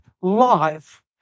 life